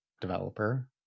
developer